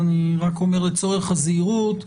אני רק אומר לצורך הזהירות,